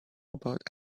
about